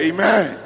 Amen